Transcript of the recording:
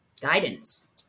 guidance